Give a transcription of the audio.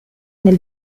nel